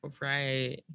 right